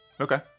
Okay